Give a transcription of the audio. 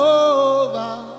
over